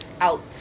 out